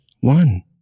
one